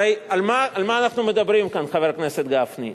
הרי על מה אנחנו מדברים כאן, חבר הכנסת גפני?